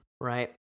Right